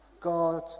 God